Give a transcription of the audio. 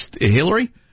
Hillary